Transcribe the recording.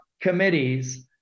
committees